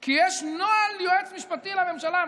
כי יש נוהל יועץ משפטי לממשלה,